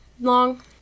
long